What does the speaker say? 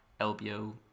LBO